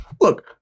Look